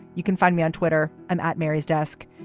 you can find me on twitter. i'm at mary's desk.